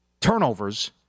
turnovers